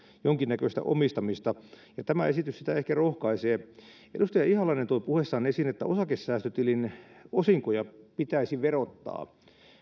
jonkinnäköistä omistamista ja tämä esitys sitä ehkä rohkaisee edustaja ihalainen toi puheessaan esiin että osakesäästötilin osinkoja pitäisi verottaa